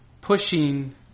Pushing